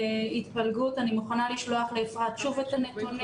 אני מוכנה לשלוח לאפרת שוב את הנתונים